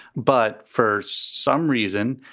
but for some reason,